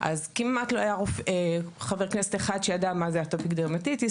כמעט לא היה חבר כנסת אחד שידע מה זה אטופיק דרמטיטיס.